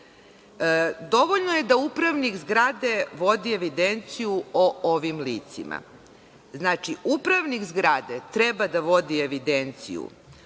Dovoljno je da upravnik zgrade vodi evidenciju o ovim licima. Znači, upravnik zgrade treba da vodi evidenciju